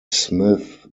smyth